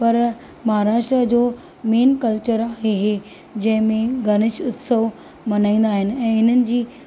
पर महाराष्ट्र जो main culture आहे जंहिंमें गणेश उत्सव मल्हाईंदा आहिनि ऐं इन्हनि जी